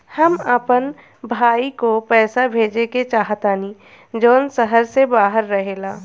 हम अपन भाई को पैसा भेजे के चाहतानी जौन शहर से बाहर रहेला